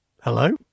Hello